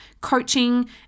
coaching